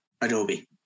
Adobe